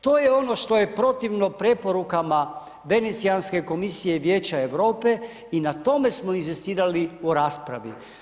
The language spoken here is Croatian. To je ono što je protivno preporukama Venecijanske komisije i Vijeća Europe, i na tome smo inzistirali u raspravi.